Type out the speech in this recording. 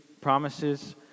promises